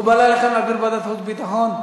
מקובל עליכם להעביר לוועדת חוץ וביטחון?